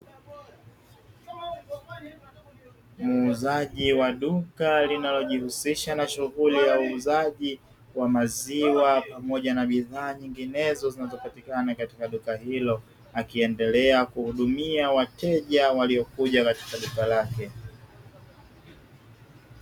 Muuzaji wa duka linalojihusisha na shughuli ya uuzaji wa maziwa, pamojaa na bidhaa nyinginezo zinazopatikana katika duka hilo, akiendelea kuhudumia wateja waliokuja katika duka lake.